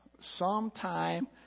Sometime